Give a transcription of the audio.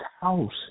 house